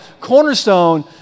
Cornerstone